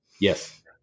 Yes